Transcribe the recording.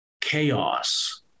chaos